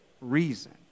reason